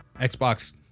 Xbox